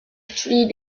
three